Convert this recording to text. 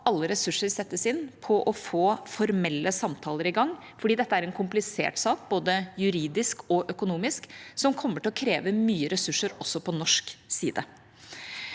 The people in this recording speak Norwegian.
alle ressurser settes inn på å få formelle samtaler i gang, for dette er en komplisert sak, både juridisk og økonomisk, som kommer til å kreve mye ressurser også på norsk side.